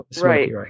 Right